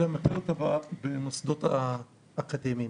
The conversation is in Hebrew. אלא במוסדות האקדמיים.